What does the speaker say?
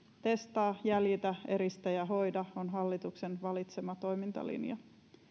testaa jäljiltä eristä ja hoida on hallituksen valitsema toimintalinja